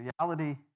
reality